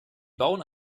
bauen